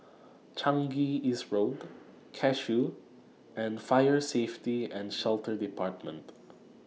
Changi East Road Cashew and Fire Safety and Shelter department